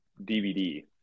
DVD